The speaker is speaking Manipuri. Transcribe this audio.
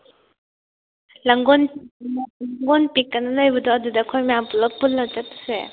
ꯂꯥꯡꯒꯣꯜ ꯄꯤꯛ ꯂꯥꯡꯒꯣꯜ ꯄꯤꯛꯍꯥꯏꯅ ꯂꯩꯕꯗꯣ ꯑꯗꯨꯗ ꯑꯩꯈꯣꯏ ꯃꯌꯥꯝ ꯄꯨꯂꯞ ꯄꯨꯜꯂꯒ ꯆꯠꯁꯦ